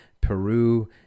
Peru